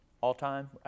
all-time